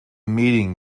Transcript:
meeting